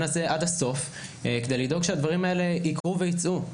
הזה עד הסוף כדי לדאוג שהדברים האלה יקרו ויצאו לפועל.